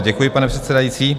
Děkuji, pane předsedající.